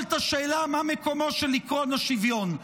את השאלה מה מקומו של עקרון השוויון,